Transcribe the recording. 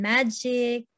Magic